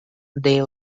they